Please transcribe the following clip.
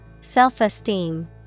Self-esteem